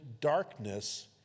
darkness